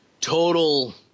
Total